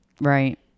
Right